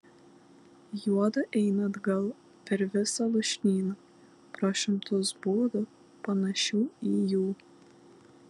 juodu eina atgal per visą lūšnyną pro šimtus būdų panašių į jų